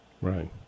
Right